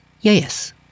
Yes